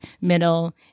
middle